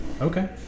Okay